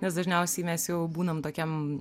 nes dažniausiai mes jau būnam tokiam